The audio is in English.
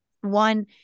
one